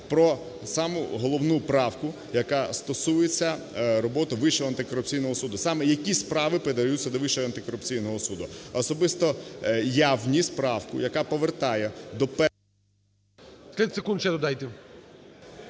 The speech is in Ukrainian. про саму головну правку, яка стосується роботи Вищого антикорупційного суду, саме які справи передаються до Вищого антикорупційного суду. Особисто я вніс правку, яка повертає до… ГОЛОВУЮЧИЙ. 30 секунд ще додайте.